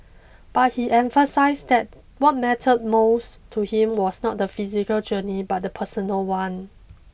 but he emphasised that what mattered most to him was not the physical journey but the personal one